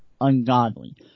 ungodly